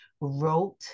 wrote